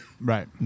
Right